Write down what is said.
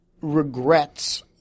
regrets